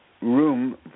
room